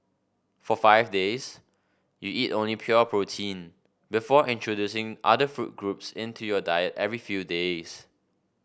for five days you eat only pure protein before introducing other food groups into your diet every few days